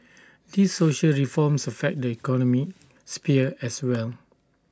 these social reforms affect the economic sphere as well